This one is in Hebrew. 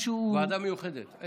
משהו, ועדה מיוחדת.